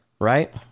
Right